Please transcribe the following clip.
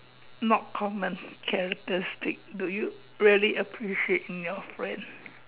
not common characteristic do you really appreciate in your friends